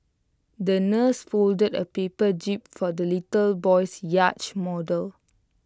the nurse folded A paper jib for the little boy's yacht model